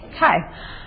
Hi